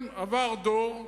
כן, עבר דור,